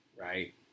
right